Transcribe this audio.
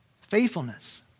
Faithfulness